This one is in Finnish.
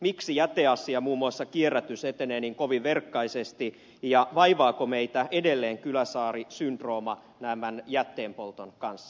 miksi jäteasia muun muassa kierrätys etenee niin kovin verkkaisesti ja vaivaako meitä edelleen kyläsaari syndrooma tämän jätteenpolton kanssa